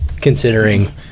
Considering